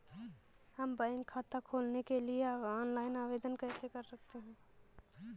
हम बैंक खाता खोलने के लिए ऑनलाइन आवेदन कैसे कर सकते हैं?